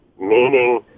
meaning